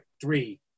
three